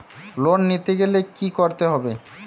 Loan নিতে গেলে কি করতে হবে?